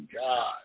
God